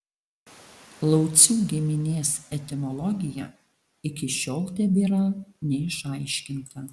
laucių giminės etimologija iki šiol tebėra neišaiškinta